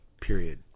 period